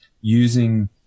using